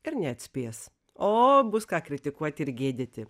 ir neatspės o bus ką kritikuot ir gėdyti